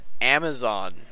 Amazon